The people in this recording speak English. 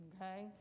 Okay